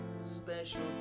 Special